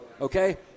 okay